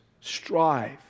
strive